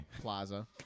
Plaza